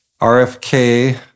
RFK